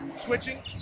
switching